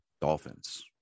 dolphins